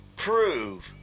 Prove